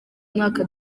mwaka